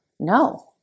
No